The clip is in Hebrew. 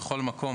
בכל מקום,